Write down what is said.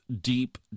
deep